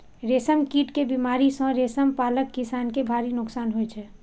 रेशम कीट के बीमारी सं रेशम पालक किसान कें भारी नोकसान होइ छै